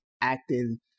acting